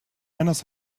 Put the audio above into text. manos